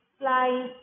fly